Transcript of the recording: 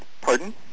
Pardon